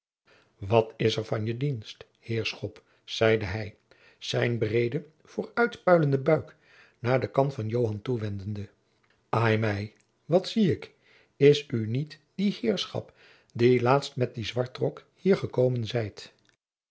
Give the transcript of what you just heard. wat is er van je dienst heerschop zeide hij zijn breeden vooruitpuilenden buik naar den jacob van lennep de pleegzoon kant van joan toewendende ai mij wat zie ik is oe niet die heerschop die laatst met dien zwartrok hier ekomen zijt